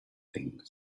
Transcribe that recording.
things